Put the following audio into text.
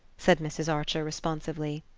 said mrs. archer responsively.